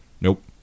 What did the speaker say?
Nope